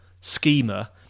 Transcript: schema